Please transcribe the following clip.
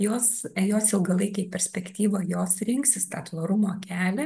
jos jos ilgalaikėj perspektyvoj jos rinksis tą tvarumo kelią